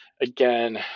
Again